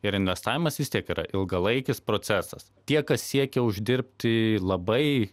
ir investavimas vis tiek yra ilgalaikis procesas tie kas siekia uždirbti labai